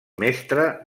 mestre